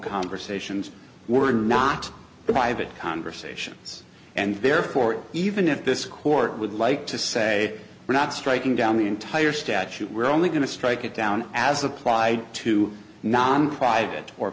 conversations were not revive it conversations and therefore even if this court would like to say we're not striking down the entire statute we're only going to strike it down as applied to non private or